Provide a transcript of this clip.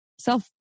Self